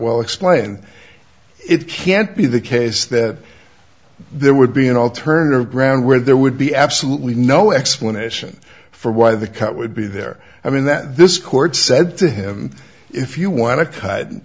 well explained it can't be the case that there would be an alternative ground where there would be absolutely no explanation for why the cut would be there i mean that this court said to him if you want to